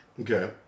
Okay